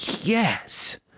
yes